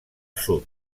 sud